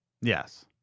Yes